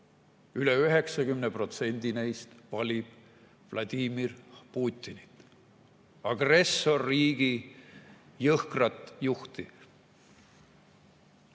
Üle 90% valib Vladimir Putinit, agressorriigi jõhkrat juhti.